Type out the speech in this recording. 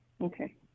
Okay